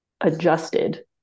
adjusted